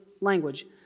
language